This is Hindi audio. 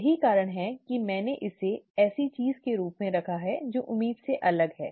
यही कारण है कि मैंने इसे ऐसी चीज़ के रूप में रखा है जो उम्मीद से अलग है